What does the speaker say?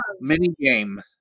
mini-game